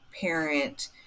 parent